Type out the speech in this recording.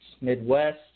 Midwest